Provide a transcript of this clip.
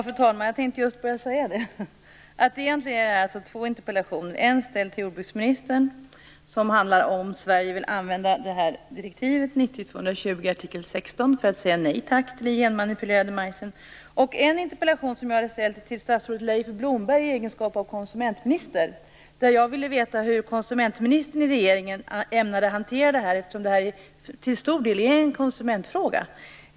Fru talman! Det här handlar egentligen om två interpellationer. Den ena var ställd till jordbruksministern, och handlar om ifall Sverige vill använda artikel 16 i direktiv 90/220 för att säga nej tack till den genmanipulerade majsen. Den andra var ställd till statsrådet Jag ville veta hur konsumentministern i regeringen ämnade hantera detta, eftersom det till stor del är en konsumentfråga.